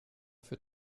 für